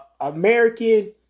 American